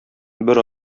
бер